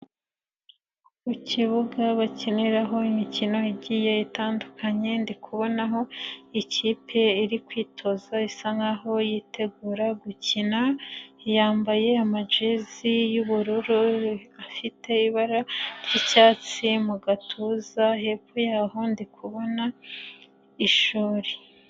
Ku kibuga bakiniraho imikino igiye itandukanye, ndikubonaho ikipe iri kwitoza isa nkaho yitegura gukina yambaye ama jesi y'ubururu afite ibara ry'icyatsi mu gatuza hepfo yaho ndi kubona ishuri.